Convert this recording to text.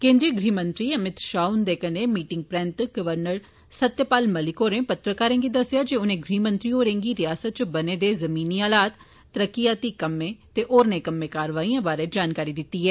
केन्द्री गृह मंत्री अमित शाह हंदे कन्नै मीटिंग परैन्त गवर्नर सत्यपाल मलिक होरें पत्रकारें गी दस्सेआ जे उनें गृह मंत्री होरें'गी रिआसता च बने दे जमीनी हालात तरक्कियाती कम्में ते होरनें कम्में कार्रवाईएं बारै जानकारी दित्ती ऐ